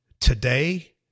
today